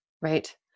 Right